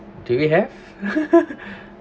do we have